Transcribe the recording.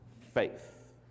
faith